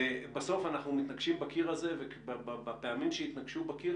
בסוף אנחנו מתנגשים בקיר הזה ובפעמים שהתנגשו בקיר